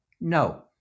No